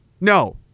No